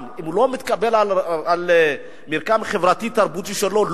אם הוא לא מתקבל על רקע המרקם החברתי-תרבותי שלו?